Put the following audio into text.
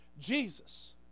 Jesus